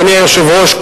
אדוני היושב-ראש,